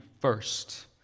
first